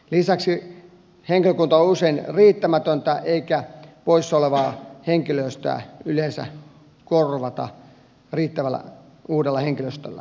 lisäksi henkilökunta on usein riittämätöntä eikä poissa olevaa henkilöstöä yleensä korvataan riittävällä uudella henkilöstöllä